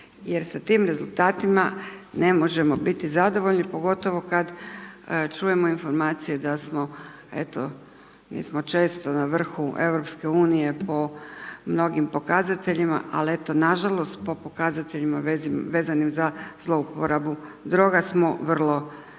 jer sa tim rezultatima ne možemo biti zadovoljni, pogotovo kada čujemo informacije da smo eto, mi smo često na vrhu EU, po mnogim pokazateljima, ali eto nažalost po pokazateljima za zlouporabu drogu, smo vrlo visoko i